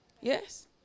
Yes